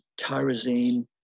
tyrosine